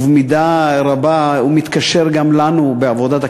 ובמידה רבה הוא מתקשר גם אלינו בעבודת הכנסת,